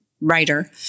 writer